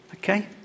Okay